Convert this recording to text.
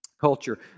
culture